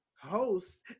host